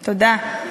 תודה.